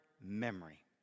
memory